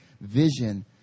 vision